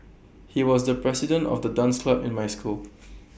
he was the president of the dance club in my school